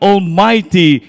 Almighty